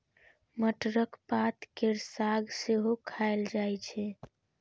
मटरक पात केर साग सेहो खाएल जाइ छै